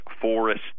Forest